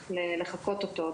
שצריך לחקות אותו,